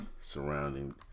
surrounding